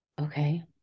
Okay